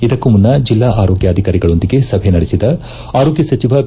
ಇದಕ್ಕೂ ಮುನ್ನ ಜಿಲ್ಲಾ ಆರೋಗ್ಯಾಧಿಕಾರಿಗಳೊಂದಿಗೆ ಸಭೆ ನಡೆಸಿದ ಆರೋಗ್ನ ಸಚಿವ ಬಿ